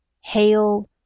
hail